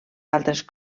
altres